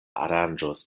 aranĝos